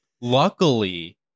Luckily